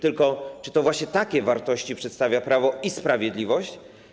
Tylko czy to właśnie takie wartości reprezentuje Prawo i Sprawiedliwość?